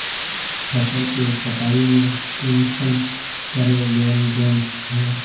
फसल के कटाई में कुंसम करे लेन देन होए?